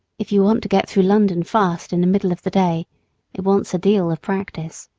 if you want to get through london fast in the middle of the day it wants a deal of practice.